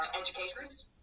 educators